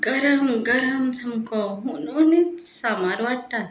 गरम गरम सामको हुनहुनीत सामार वाडटात